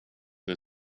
the